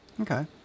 Okay